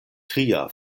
tria